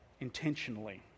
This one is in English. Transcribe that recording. intentionally